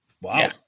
Wow